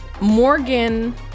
Morgan